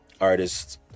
artists